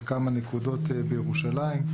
בכמה נקודות בירושלים.